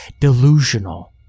delusional